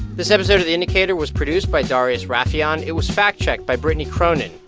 this episode of the indicator was produced by darius rafieyan. it was fact-checked by brittany cronin.